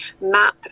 map